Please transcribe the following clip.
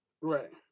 Right